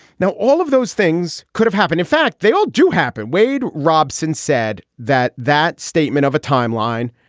now all of those things could have happened in fact they all do happen. wade robson said that that statement of a timeline.